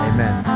Amen